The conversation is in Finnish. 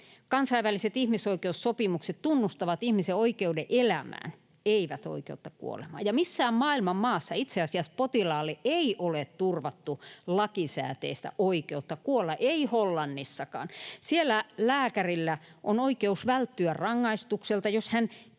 Kansainväliset ihmisoikeussopimukset tunnustavat ihmisen oikeuden elämään, eivät oikeutta kuolemaan. Missään maailman maassa itse asiassa potilaalle ei ole turvattu lakisääteistä ”oikeutta kuolla”, ei Hollannissakaan. Siellä lääkärillä on oikeus välttyä rangaistukselta, jos hän tiettyjen